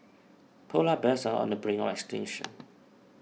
Polar Bears are on the brink of extinction